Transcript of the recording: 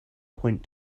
point